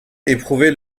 éprouvé